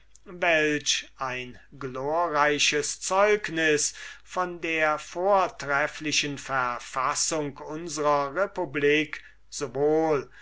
welch ein glorreiches zeugnis von der vortrefflichen verfassung unsrer republik sowohl